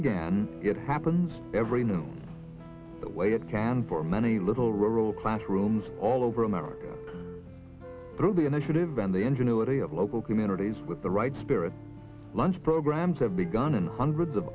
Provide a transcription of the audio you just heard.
again it happens every new the way it can for many little rural classrooms all over america through the initiative and the ingenuity of local communities with the right spirit lunch programs have begun in hundreds of